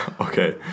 Okay